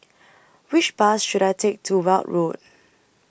Which Bus should I Take to Weld Road